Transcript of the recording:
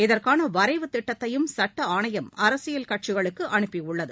இதற்கான வரைவு திட்டத்தையும் சட்ட ஆணையம் அரசியல் கட்சிகளுக்கு அனுப்பியுள்ளது